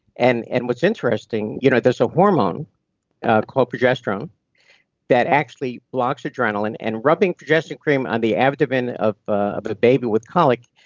and and what's interesting you know there's a hormone called progesterone that actually blocks adrenaline, and rubbing progesterone cream on the abdomen of ah but the baby with colic,